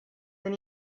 then